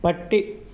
പട്ടി